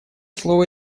слово